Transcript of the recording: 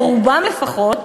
או רובם לפחות,